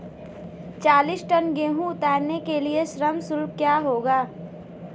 चालीस टन गेहूँ उतारने के लिए श्रम शुल्क क्या होगा?